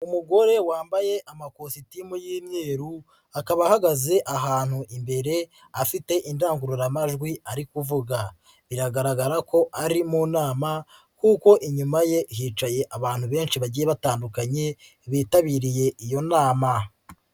Umugore wambaye amakositimu y'imyeru akaba ahagaze ahantu imbere afite indangururamajwi ari kuvuga, biragaragara ko ari mu nama kuko inyuma ye hicaye abantu benshi bagiye batandukanye bitabiriye iyo nama.